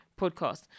podcast